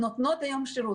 נותנות היום שירות.